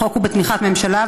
החוק הוא בתמיכת ממשלה,